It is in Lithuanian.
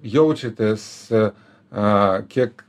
jaučiatės a kiek